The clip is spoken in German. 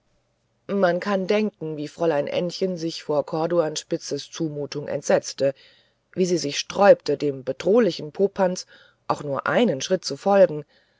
man kann denken wie fräulein ännchen sich vor corduanspitzes zumutung entsetzte wie sie sich sträubte dem bedrohlichen popanz auch nur einen schritt zu folgen